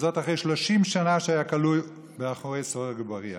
וזאת אחרי 30 שנה שהוא היה כלוא מאחורי סורג ובריח.